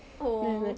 oh